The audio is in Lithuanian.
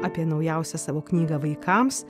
apie naujausią savo knygą vaikams